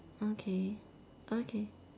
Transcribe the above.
okay okay